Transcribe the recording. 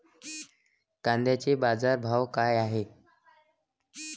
कांद्याचे बाजार भाव का हाये?